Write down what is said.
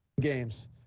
games